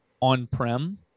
on-prem